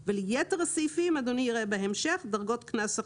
וליתר הסעיפים אדוני יראה בהמשך דרגות קנס אחרות.